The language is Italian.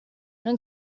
non